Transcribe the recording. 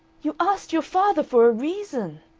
you asked your father for a reason!